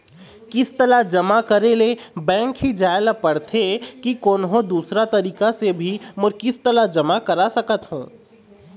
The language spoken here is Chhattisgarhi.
किस्त ला जमा करे ले बैंक ही जाए ला पड़ते कि कोन्हो दूसरा तरीका से भी मोर किस्त ला जमा करा सकत हो?